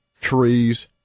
trees